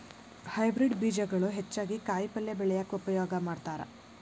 hybrid ಬೇಜಗಳು ಹೆಚ್ಚಾಗಿ ಕಾಯಿಪಲ್ಯ ಬೆಳ್ಯಾಕ ಉಪಯೋಗ ಮಾಡತಾರ